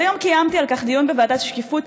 אז היום קיימתי על כך דיון בוועדת השקיפות,